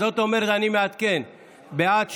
זאת אומרת שאני מעדכן: בעד,